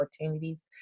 opportunities